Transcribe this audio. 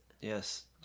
Yes